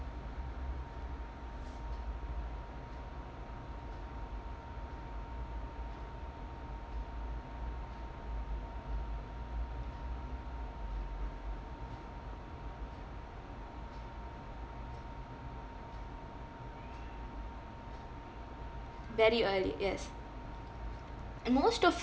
very early yes most of